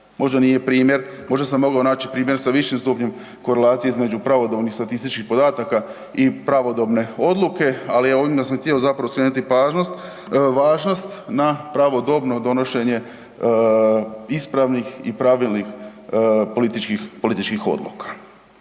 možda sam mogao naći sa višem stupnjem korelacije između pravodobnih statističkih podataka i pravodobne odluke, ali ovime sam zapravo htio skrenuti važnost na pravodobno donošenje ispravnih i pravilnih, političkih,